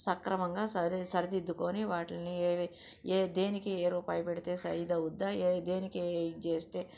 సక్రమంగా సరి సరిదిద్దుకొని వాటిని ఏ దేనికి ఏ రూపాయి పెడితే ఇది అవుద్దా దేనికి ఇది చేస్తే